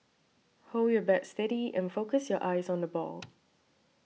hold your bat steady and focus your eyes on the ball